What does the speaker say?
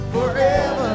Forever